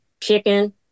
chicken